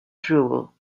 drool